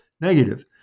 negative